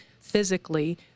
physically